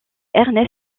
ernest